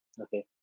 Okay